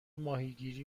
ماهیگیری